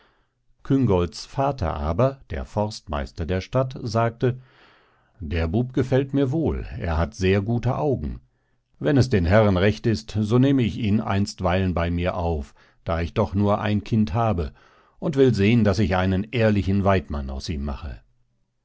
küngolts vater aber der forstmeister der stadt sagte der bub gefällt mir wohl er hat sehr gute augen wenn es den herren recht ist so nehme ich ihn einstweilen bei mir auf da ich doch nur ein kind habe und will sehen daß ich einen ehrlichen weidmann aus ihm mache